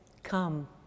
Come